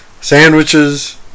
sandwiches